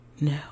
No